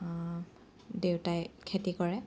দেউতাই খেতি কৰে